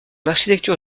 architecture